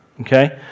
okay